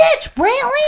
Brantley